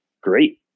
Great